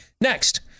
Next